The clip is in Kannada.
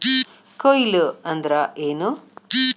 ಕೊಯ್ಲು ಅಂದ್ರ ಏನ್?